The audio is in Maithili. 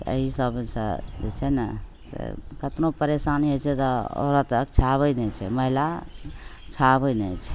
एहि सबसे जे छै ने से कतनो परेशानी होइ छै तऽ औरत अकछाबै नहि छै महिला अकछाबै नहि छै